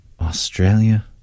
Australia